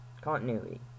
Continuity